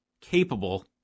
capable